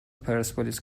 پرسپولیس